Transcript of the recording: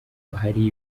hari